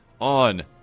on